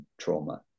trauma